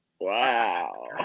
Wow